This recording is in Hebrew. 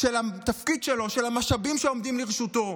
של התפקיד שלו, של המשאבים שעומדים לרשותו.